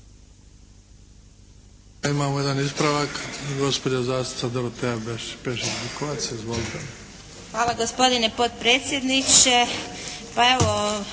Hvala, gospodine potpredsjedniče.